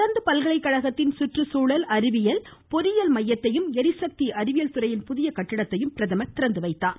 தொடர்ந்து பல்கலைக் கழகத்தின் சுற்றுச்சூழல் அறிவியல் பொறியியல் மையத்தையைும் ளிசக்தி அறிவியல் துறையின் புதிய கட்டிடத்தையும் பிரதமர் திறந்து வைக்கிறார்